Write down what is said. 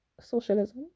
socialism